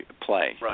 play